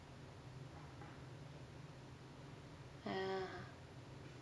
ya